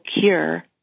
cure